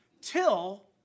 till